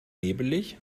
nebelig